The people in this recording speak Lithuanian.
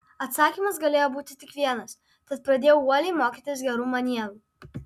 atsakymas galėjo būti tik vienas tad pradėjau uoliai mokytis gerų manierų